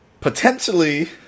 potentially